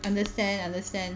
understand understand